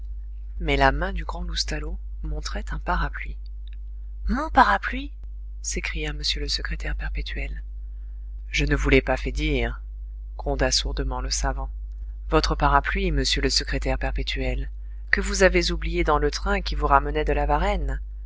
mais la main du grand loustalot montrait un parapluie mon parapluie s'écria m le secrétaire perpétuel je ne vous l'ai pas fait dire gronda sourdement le savant votre parapluie monsieur le secrétaire perpétuel que vous avez oublié dans le train qui vous ramenait de la varenne